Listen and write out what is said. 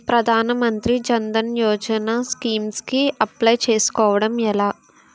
ప్రధాన మంత్రి జన్ ధన్ యోజన స్కీమ్స్ కి అప్లయ్ చేసుకోవడం ఎలా?